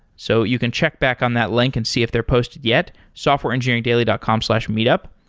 so you can check back on that link and see if they're posted yet, softwareengineeringdaily dot com slash meetup.